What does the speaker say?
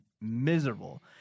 miserable